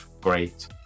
great